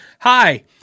hi